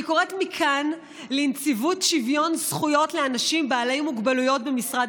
אני קוראת מכאן לנציבות שוויון זכויות לאנשים עם מוגבלויות במשרד